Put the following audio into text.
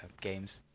games